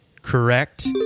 Correct